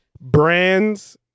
brands